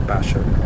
Passion